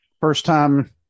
first-time